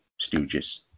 stooges